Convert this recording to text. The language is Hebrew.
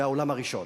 מהעולם הראשון.